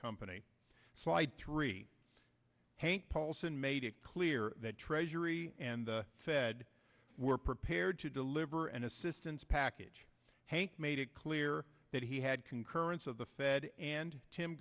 company slide three hank paulson made it clear that treasury and the fed were prepared to deliver an assistance package hank made it clear that he had concurrence of the fed and tim